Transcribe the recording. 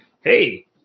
hey